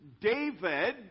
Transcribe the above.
David